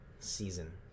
season